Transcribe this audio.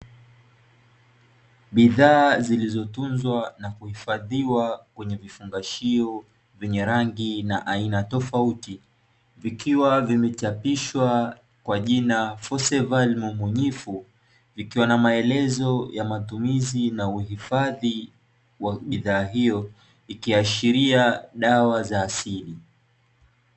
Bidhaa zilizotunzwa na kuhifadhiwa kwenye vifungashio vyenye rangi na aina tofauti, ikiwa vimechapishwa kwa jina "forceval momunyifu", vikiwa na maelezo ya matumizi na uhifadhi wa bidhaa hiyo, ikiashiria dawa za asili.